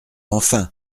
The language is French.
enfin